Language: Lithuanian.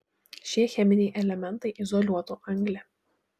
šie cheminiai elementai izoliuotų anglį